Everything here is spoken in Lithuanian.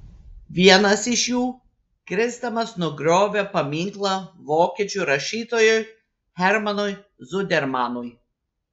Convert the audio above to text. vienas iš jų krisdamas nugriovė paminklą vokiečių rašytojui hermanui zudermanui